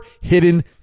hidden